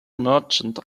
merchant